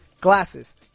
Glasses